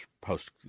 post